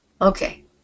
okay